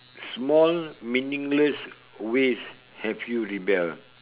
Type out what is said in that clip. small meaningless ways have you rebel